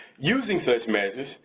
using such measures,